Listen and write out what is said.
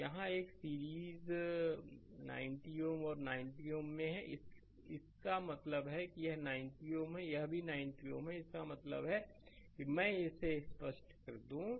तो यहां यह श्रृंखला 90 Ω और90 Ω में है और इसका मतलब है यह 90 Ω है यह भी 90 Ω है इसका मतलब है मैं इसे स्पष्ट कर दूं